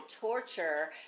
Torture